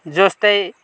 जस्तै